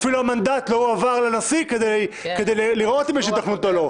אפילו המנדט לא הועבר לנשיא כדי לראות אם יש היתכנות או לא.